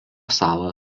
salą